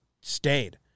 stayed